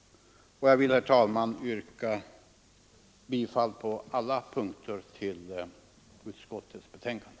Herr talman! Jag yrkar bifall till utskottets hemställan på alla punkter.